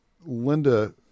Linda